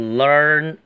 learn